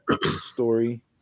story